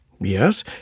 Yes